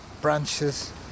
branches